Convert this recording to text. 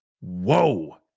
Whoa